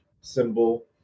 symbol